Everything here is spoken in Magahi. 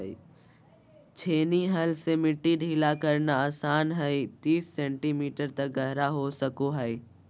छेनी हल से मिट्टी ढीला करना आसान हइ तीस सेंटीमीटर तक गहरा हो सको हइ